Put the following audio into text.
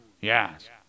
Yes